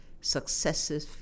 successive